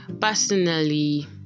personally